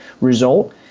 result